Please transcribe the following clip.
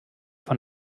von